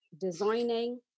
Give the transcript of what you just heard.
designing